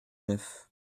neuf